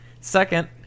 Second